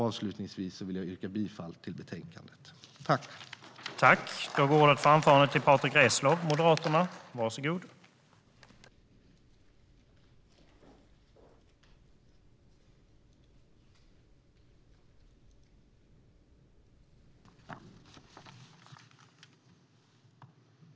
Avslutningsvis vill jag yrka bifall till utskottets förslag.